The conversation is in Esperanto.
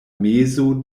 mezo